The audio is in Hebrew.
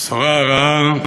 הבשורה הרעה,